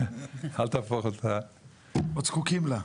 אל תהפוך אותה --- עוד זקוקים לה.